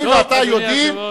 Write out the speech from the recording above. אתה ואני יודעים.